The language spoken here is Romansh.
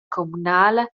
communala